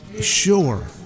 sure